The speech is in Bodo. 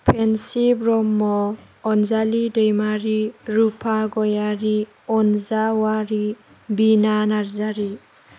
पेन्सि ब्रह्म अनजालि दैमारि रुफा गयारि अनजा अवारि बिना नार्जारि